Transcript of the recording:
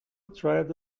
tied